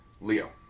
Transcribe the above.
Leo